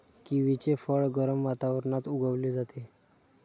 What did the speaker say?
किवीचे फळ गरम वातावरणात उगवले जाते